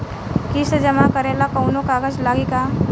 किस्त जमा करे ला कौनो कागज लागी का?